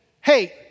hey